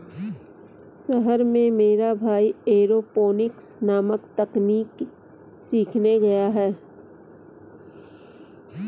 शहर में मेरा भाई एरोपोनिक्स नामक तकनीक सीखने गया है